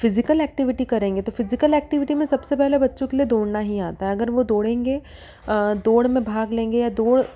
physical activity करेंगे तो physical activity में सबसे पहले बच्चों के लिए दौड़ना ही आता है अगर वो दौड़ेंगे दौड़ में भाग लेंगे या दौड़